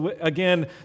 Again